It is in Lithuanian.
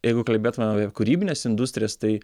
jeigu kalbėtumėm apie kūrybines industrijas tai